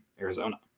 Arizona